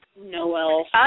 Noel